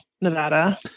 Nevada